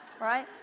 Right